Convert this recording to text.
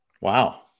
Wow